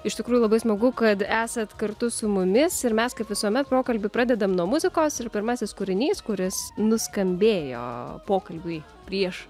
iš tikrųjų labai smagu kad esat kartu su mumis ir mes kaip visuomet pokalbį pradedam nuo muzikos ir pirmasis kūrinys kuris nuskambėjo pokalbiui prieš